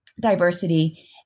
diversity